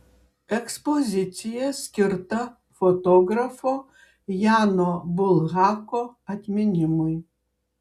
ekspozicija skirta fotografo jano bulhako atminimui